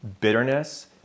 bitterness